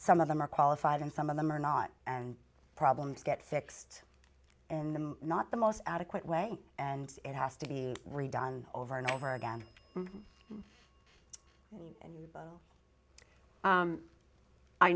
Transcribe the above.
some of them are qualified and some of them are not and problems get fixed and i'm not the most adequate way and it has to be redone over and over again and